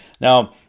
Now